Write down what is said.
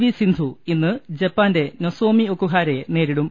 V Sindhu ഇന്ന് ജപ്പാന്റെ Nozomi ഒക്കുഹാരയെ നേരിടും